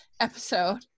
episode